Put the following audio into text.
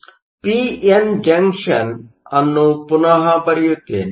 ಆದ್ದರಿಂದ P N junction ಅನ್ನು ಪುನಃ ಬರೆಯುತ್ತೇನೆ